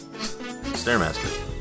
Stairmaster